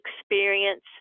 experience